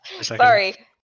Sorry